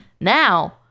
Now